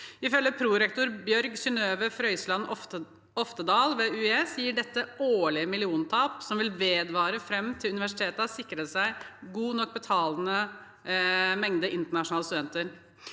Ifølge prorektor Bjørg Synnøve Frøysland Oftedal ved UiS gir dette årlige milliontap som vil vedvare fram til universitetet har sikret seg en god nok mengde betalende internasjonale studenter.